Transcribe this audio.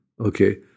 okay